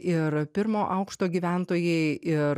ir pirmo aukšto gyventojai ir